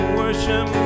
worship